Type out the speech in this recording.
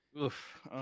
Oof